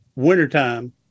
wintertime